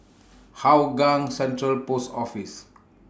Hougang Central Post Office